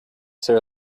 sir